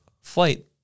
flight